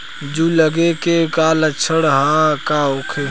जूं लगे के का लक्षण का होखे?